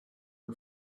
her